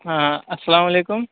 ہاں السلام علیکم